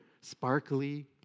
sparkly